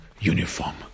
uniform